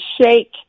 shake